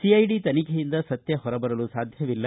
CID ತನಿಖೆಯಿಂದ ಸತ್ಯ ಹೊರಬರಲು ಸಾಧ್ಯವಿಲ್ಲ